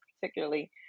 particularly